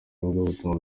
ivugabutumwa